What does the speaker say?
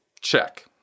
check